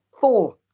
four